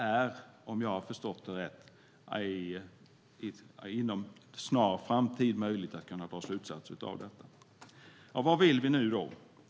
Men om jag har förstått det rätt är det möjligt att dra slutsatser av detta inom en snar framtid. Vad vill vi nu?